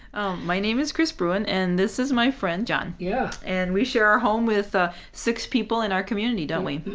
oh, my name is chris bruin, and this is my friend, john yeah and we share a home with ah six people in our community, don't we?